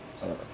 uh